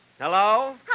Hello